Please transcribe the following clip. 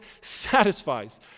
satisfies